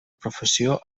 professió